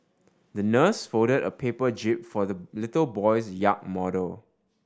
the nurse folded a paper jib for the little boy's yacht model